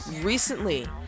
recently